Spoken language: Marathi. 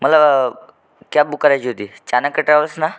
मला कॅब बुक करायची होती चाणक्य ट्रॅवल्स ना